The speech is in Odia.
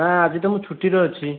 ନା ଆଜି ତ ମୁଁ ଛୁଟିରେ ଅଛି